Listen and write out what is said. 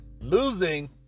Losing